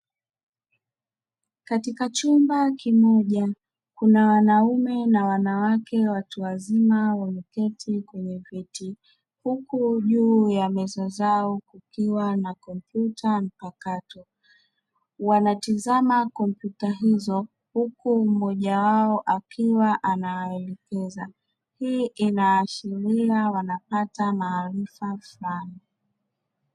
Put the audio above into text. Katika chumba kimoja kuna wanaume na wanawake watu wazima wameketi kwenye viti, huku juu ya meza zao kukiwa na kompyuta mpakato. Wanatizama kompyuta hizo, huku mmoja wao akiwa anawaelekeza. Hii inaashiria kuwa wanapata maarifa fulani.